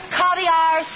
caviar